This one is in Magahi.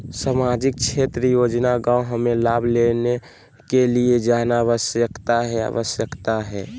सामाजिक क्षेत्र योजना गांव हमें लाभ लेने के लिए जाना आवश्यकता है आवश्यकता है?